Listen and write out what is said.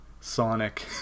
Sonic